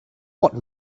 what